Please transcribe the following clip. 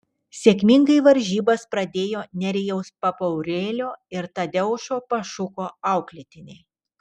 sėkmingai varžybas pradėjo nerijaus papaurėlio ir tadeušo pašuko auklėtiniai